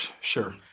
sure